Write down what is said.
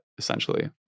Essentially